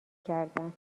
کردن